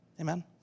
Amen